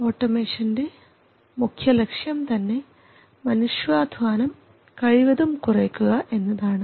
ഓട്ടോമേഷൻറെ മുഖ്യ ലക്ഷ്യം തന്നെ മനുഷ്യാധ്വാനം കഴിവതും കുറയ്ക്കുക എന്നതാണ്